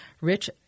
Rich